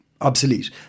obsolete